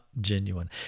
genuine